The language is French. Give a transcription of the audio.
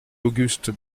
auguste